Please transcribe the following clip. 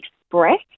express